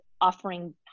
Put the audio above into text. offering